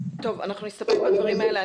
נסתפק בדברים האלה.